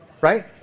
right